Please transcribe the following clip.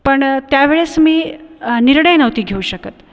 पण त्या वेळेस मी निर्णय नव्हती घेऊ शकत